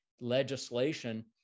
legislation